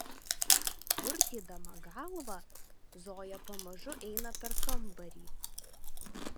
purtydama galvą zoja pamažu eina per kambarį